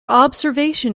observation